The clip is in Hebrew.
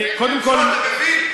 קודם כול, אתה מבין?